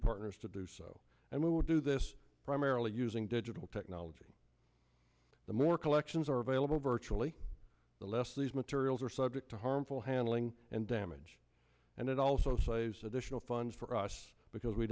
partners to do so and we will do this primarily using digital technology the more collections are available virtually the less these materials are subject to harmful handling and damage and it also saves additional funds for us because we